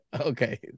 Okay